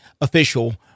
official